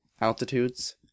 Altitudes